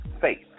faith